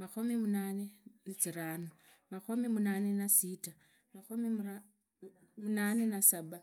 makhomi munane na ziranu makhomi munane na sita makhomi munane na saba.